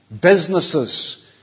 Businesses